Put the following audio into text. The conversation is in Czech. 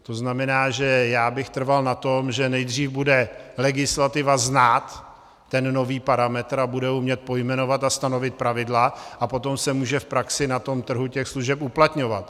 To znamená, že já bych trval na tom, že nejdřív bude legislativa znát ten nový parametr a bude umět pojmenovat a stanovit pravidla, a potom se může v praxi na trhu těch služeb uplatňovat.